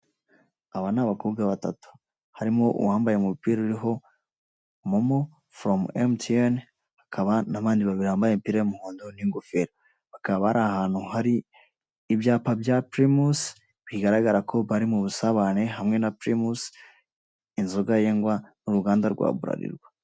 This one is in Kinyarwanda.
Aba ni abakobwa batatu, harimo uwambaye umupira uriho momo foromu emutiyene, hakaba n'abandi babiri bambaye imipira y'umuhondo n'ingofero, bakaba bari ahantu hari ibyapa bya pirimusi bigaragara ko bari mu busabane hamwe na pirimusi inzoga yengwa n'uruganda rwa Buralirwa.